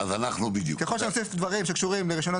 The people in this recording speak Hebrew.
ככל שנוסיף דברים שקשורים לרישיונות